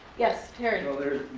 yes, terry?